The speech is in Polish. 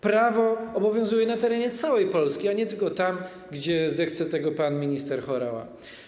Prawo obowiązuje na terenie całej Polski, a nie tylko tam, gdzie zechce tego pan minister Horała.